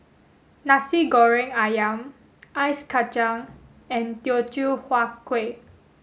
Nasi Goreng Ayam Ice Kacang and Teochew Huat Kuih